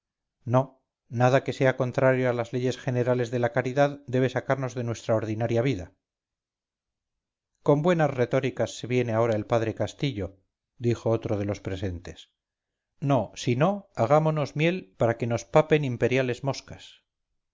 no nada que sea contrario a las generales leyes de la caridad debe sacarnos de nuestra ordinaria vida con buenas retóricas se viene ahora el padre castillo dijo otro de los presentes no si no hagámonos miel para que nos papen imperiales moscas